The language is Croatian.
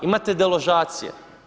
Imate deložacije.